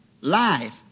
life